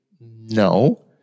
No